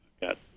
got